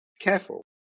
careful